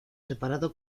separado